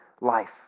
life